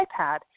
iPad